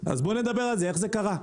אז בואו נדבר על זה איך זה קרה?